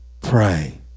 pray